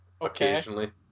occasionally